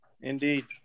Indeed